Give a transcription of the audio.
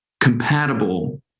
compatible